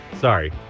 Sorry